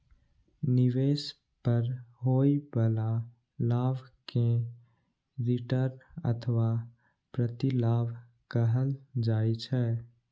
निवेश पर होइ बला लाभ कें रिटर्न अथवा प्रतिलाभ कहल जाइ छै